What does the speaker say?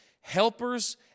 helpers